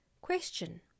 Question